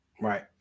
Right